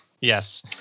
yes